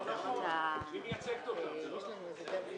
הישיבה